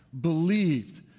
believed